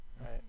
right